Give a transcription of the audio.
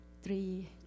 three